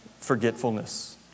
forgetfulness